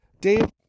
Dave